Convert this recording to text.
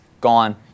gone